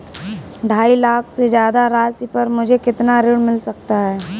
ढाई लाख से ज्यादा राशि पर मुझे कितना ऋण मिल सकता है?